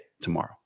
tomorrow